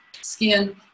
skin